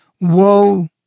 Woe